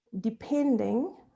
depending